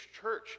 church